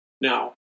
Now